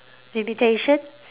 limitation